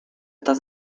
das